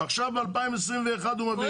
ועכשיו ב-2021 הוא מביא את זה.